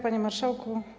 Panie Marszałku!